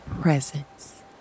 presence